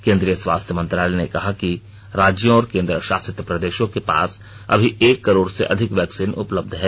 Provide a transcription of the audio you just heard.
केंद्रीय स्वास्थ्य मंत्रालय ने कहा है कि राज्यों और केंद्रशासित प्रदेशों के पास अभी एक करोड़ से अधिक वैक्सीन उपलब्ध हैं